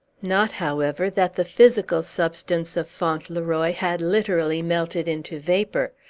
not, however, that the physical substance of fauntleroy had literally melted into vapor.